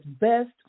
best